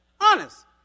Honest